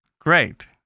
Great